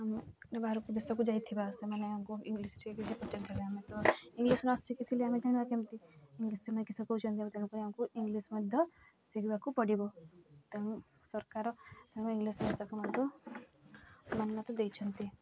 ଆମେ ବାହାର ଦେଶକୁ ଯାଇଥିବା ସେମାନେ ଇଂଲିଶ ଠିକ୍ କିଛି ଆମେ ତ ଇଂଲିଶ ନ ଶିଖିଥିଲି ଆମେ ଜାଣିବା କେମିତି ଇଂଲିଶ ସେମାନେ କିସ କହୁଛନ୍ତି ଆଉ ତେଣୁକରି ଆମକୁ ଇଂଲିଶ ମଧ୍ୟ ଶିଖିବାକୁ ପଡ଼ିବ ତେଣୁ ସରକାର ତାଙ୍କ ଇଂଲିଶ ଭାଷାକୁ ମଧ୍ୟ ମାନ୍ୟତା ଦେଇଛନ୍ତି